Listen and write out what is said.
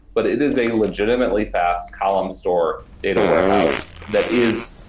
but it is a legitimately fast column store data warehouse that is